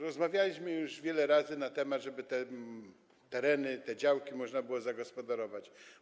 Rozmawialiśmy już wiele razy na ten temat, żeby te tereny, te działki można było zagospodarować.